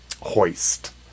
hoist